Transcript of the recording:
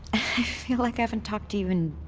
like i haven't talked to you in.